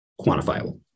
quantifiable